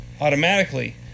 automatically